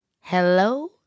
hello